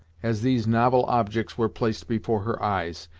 as these novel objects were placed before her eyes,